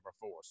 force